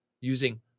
using